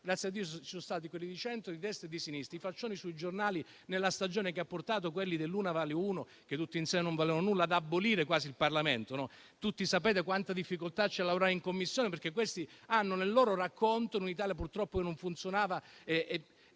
grazie a Dio, ci sono stati quelli di centro, di destra e di sinistra - e i faccioni sui giornali, nella stagione che ha portato quelli di uno vale uno - che tutti insieme non valevano nulla - ad abolire quasi il Parlamento. Tutti sapete quanta difficoltà c'era a lavorare in Commissione, perché nel loro racconto c'era un'Italia che non funzionava